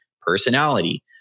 personality